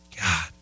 God